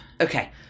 Okay